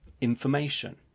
information